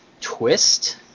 twist